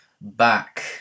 back